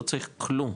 לא צריך כלום,